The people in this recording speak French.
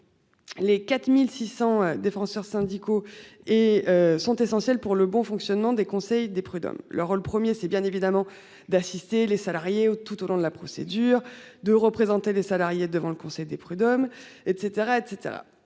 Les 4600 défenseurs syndicaux et sont essentiels pour le bon fonctionnement des conseils des prud'hommes le rôle 1er c'est bien évidemment d'assister les salariés tout au long de la procédure de représenter les salariés devant le conseil des prud'hommes et